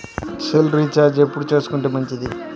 Cell recharge ఎప్పుడు చేసుకొంటే మంచిది?